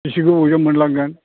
एसे गोबावजों मोनलांगोन